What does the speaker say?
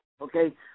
okay